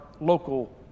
local